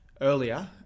earlier